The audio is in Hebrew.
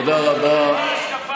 תודה רבה.